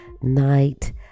night